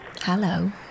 Hello